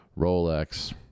Rolex